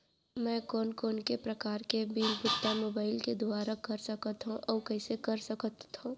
मैं कोन कोन से प्रकार के बिल के भुगतान मोबाईल के दुवारा कर सकथव अऊ कइसे कर सकथव?